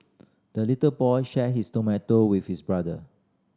the little boy shared his tomato with his brother